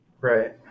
right